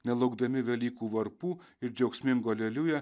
nelaukdami velykų varpų ir džiaugsmingo aleliuja